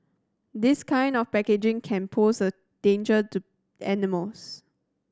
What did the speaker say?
this kind of packaging can pose a danger to animals